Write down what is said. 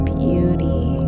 beauty